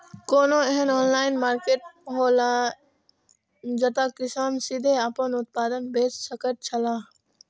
कोनो एहन online market हौला जते किसान सीधे आपन उत्पाद बेच सकेत छला?